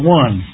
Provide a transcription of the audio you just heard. one